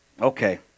Okay